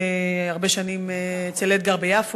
הרבה שנים אצל אדגר ביפו,